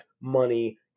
money